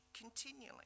continually